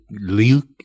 Luke